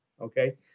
Okay